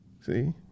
See